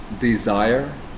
desire